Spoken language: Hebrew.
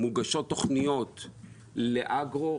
מוגשות תכניות לאגרו,